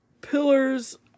pillars